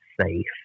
safe